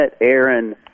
Aaron